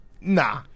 nah